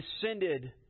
descended